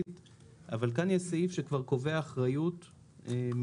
אבל כאן יש סעיף שכבר קובע אחריות מראש.